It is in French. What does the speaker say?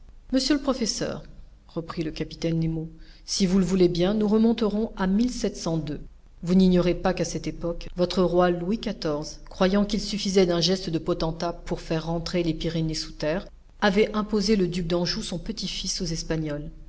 monsieur le professeur reprit le capitaine nemo si vous le voulez bien nous remonterons à vous n'ignorez pas qu'à cette époque votre roi louis xiv croyant qu'il suffisait d'un geste de potentat pour faire rentrer les pyrénées sous terre avait imposé le duc d'anjou son petit-fils aux espagnols